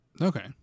Okay